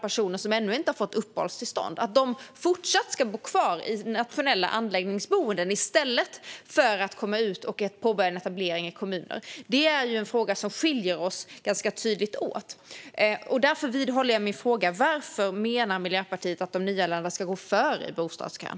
Personer som ännu inte har fått uppehållstillstånd ska fortsätta att kunna bo kvar i nationella anläggningsboenden i stället för att komma ut och påbörja en etablering i kommuner. Det är en fråga som skiljer oss ganska tydligt åt. Därför vidhåller jag min fråga: Varför menar Miljöpartiet att de nyanlända ska gå före i bostadskön?